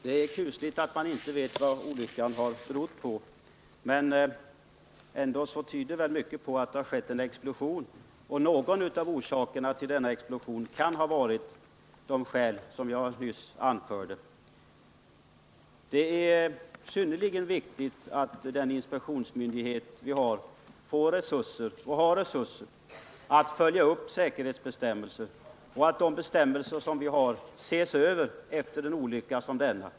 Herr talman! Det är kusligt att man inte vet vad olyckan har berott på. Ändå tyder mycket på att det har skett en explosion, och orsaken till den kan ha varit något av de skäl som jag nyss anförde. Det är synnerligen viktigt att den inspektionsmyndighet vi har får och har resurser att följa upp säkerhetsbestämmelser och att de bestämmelser som vi har ses över efter en olycka som denna.